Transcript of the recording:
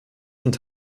und